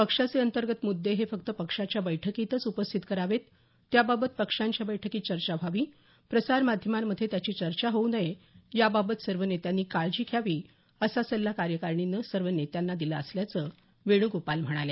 पक्षाचे अंतर्गत मुद्दे हे फक्त पक्षाच्या बैठकीतच उपस्थित करावेत त्याबाबत पक्षांच्या बैठकीत चर्चा व्हावी प्रसार माध्यमांमध्ये त्याची चर्चा होऊ नये याबाबत सर्व नेत्यांनी काळची घ्यावी असा सल्ला कार्यकारिणीनं सर्व नेत्यांना दिला असल्याचं वेणूगोपाल म्हणाले